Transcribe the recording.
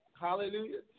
hallelujah